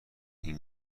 این